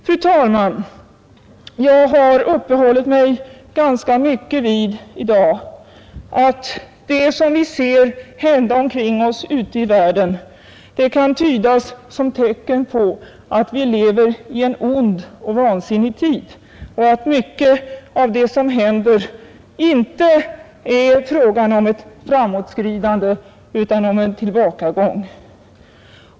Jag har i dag uppehållit mig ganska mycket vid att det som vi ser hända omkring oss ute i världen kan tydas som tecken på att vi lever i en ond och vansinnig tid och att mycket av det som händer inte är ett framåtskridande utan en tillbakagång.